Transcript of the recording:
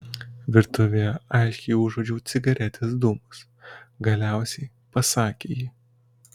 virtuvėje aiškiai užuodžiau cigaretės dūmus galiausiai pasakė ji